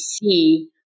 see